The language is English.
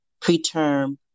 preterm